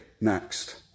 next